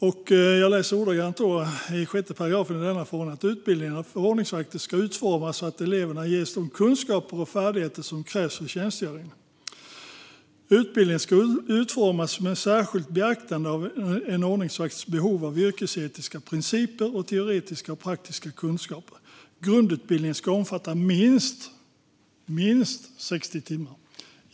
I 6 § i denna förordning står det: "Utbildningen för ordningsvakter ska utformas så att eleverna ges de kunskaper och färdigheter som krävs för tjänstgöringen. Utbildningen ska utformas med särskilt beaktande av en ordningsvakts behov av yrkesetiska principer och teoretiska och praktiska kunskaper. Grundutbildningen ska omfatta minst 60 timmar."